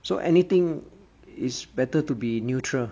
so anything it's better to be neutral